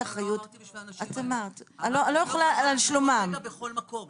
אמרתי שאני לא יכולה להיות בכל רגע בכל מקום.